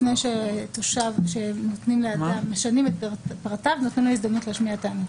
לפני שמשנים פרטיו של אדם נותנים לו הזדמנות להשמיע את טענותיו.